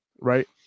right